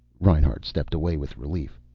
reinhart stepped away with relief.